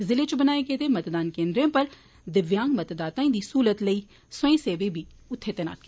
जिले च बनाए गेदे मतदान केन्द्रें पर दिव्यांग मतदाताएं दी स्हूलत लेई स्वयंसेवी बी उत्थें तैनात न